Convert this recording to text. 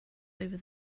over